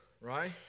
right